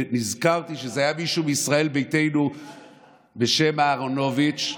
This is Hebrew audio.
ונזכרתי שזה היה מישהו מישראל ביתנו בשם אהרונוביץ'.